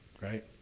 right